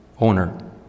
owner